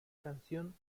canción